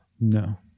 No